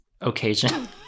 occasion